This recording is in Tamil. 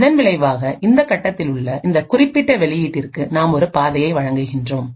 இதன் விளைவாக இந்தக் கட்டத்தில் உள்ள இந்த குறிப்பிட்ட வெளியீட்டிற்கு நாம் ஒரு பாதையை வழங்குகின்றோம்